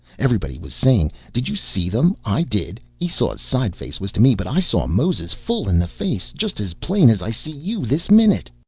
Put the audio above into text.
everybody was saying, did you see them i did esau's side face was to me, but i saw moses full in the face, just as plain as i see you this minute!